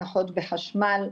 הנחות בחשמל,